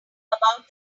about